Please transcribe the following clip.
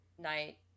Night